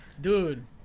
Dude